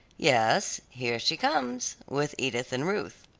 yes, here she comes, with edith and ruth.